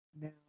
now